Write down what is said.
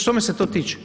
Što me se to tiče?